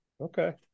Okay